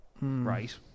right